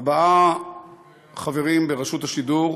ארבעה חברים ברשות השידור